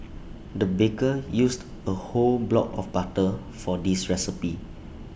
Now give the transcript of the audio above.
the baker used A whole block of butter for this recipe